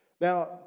Now